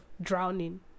drowning